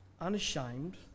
unashamed